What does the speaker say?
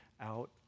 out